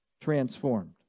transformed